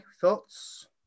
thoughts